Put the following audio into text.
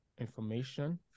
information